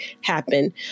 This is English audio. happen